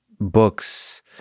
books